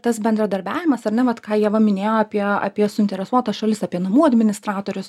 tas bendradarbiavimas ar ne vat ką jie va minėjo apie apie suinteresuotas šalis apie namų administratorius